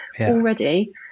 Already